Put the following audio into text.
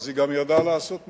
אז היא גם ידעה לעשות מעשים.